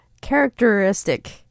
characteristic